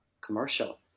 commercial